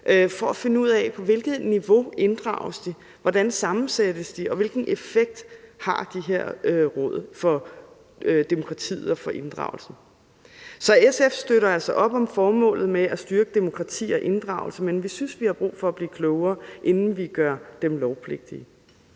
for at finde ud af, på hvilket niveau de her råd inddrages, hvordan de sammensættes, og hvilken effekt de har for demokratiet og for inddragelsen? Så SF støtter altså op om formålet med at styrke demokrati og inddragelse, men vi synes, vi har brug for at blive klogere, inden vi gør dem lovpligtige.